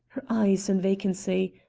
her eyes in vacancy,